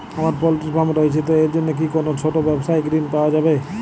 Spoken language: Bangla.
আমার পোল্ট্রি ফার্ম রয়েছে তো এর জন্য কি কোনো ছোটো ব্যাবসায়িক ঋণ পাওয়া যাবে?